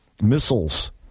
Missiles